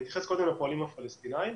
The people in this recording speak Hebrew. אתייחס קודם לפועלים הפלסטינים.